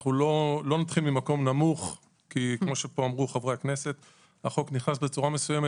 אנו לא מתחילים ממקום נמוך כי החוק בצורה מסוימת,